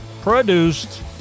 produced